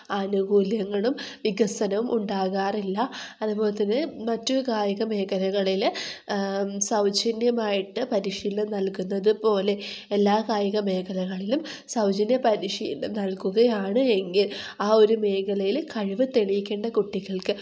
ആനുകൂല്യങ്ങളും വികസനം ഉണ്ടാകാറില്ല അതുപോലെതന്നെ മറ്റു കായിക മേഖലകളിൽ സൗജന്യമായിട്ട് പരിശീലനം നൽക്കുന്നത് പോലെ എല്ലാ കായിക മേഖലകളിലും സൗജന്യ പരിശീലനം നൽകുകയാണ് എങ്കിൽ ആ ഒരു മേഖലയിൽ കഴിവ് തെളിയിക്കേണ്ട കുട്ടികൾക്ക്